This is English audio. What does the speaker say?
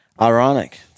Ironic